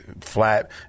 flat